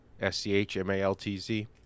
S-C-H-M-A-L-T-Z